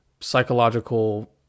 psychological